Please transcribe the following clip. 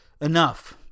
enough